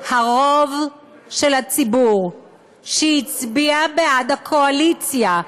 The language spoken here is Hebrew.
רוב הציבור שהצביע בעד הקואליציה,